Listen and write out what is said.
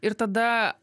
ir tada